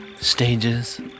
stages